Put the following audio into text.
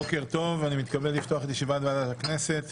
בוקר טוב, אני מתכבד לפתוח את ישיבת ועדת הכנסת.